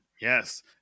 Yes